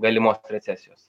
galimos recesijos